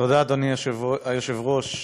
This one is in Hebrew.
אדוני היושב-ראש,